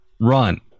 run